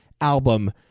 album